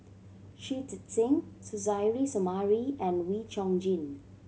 Shui Tit Sing Suzairhe Sumari and Wee Chong Jin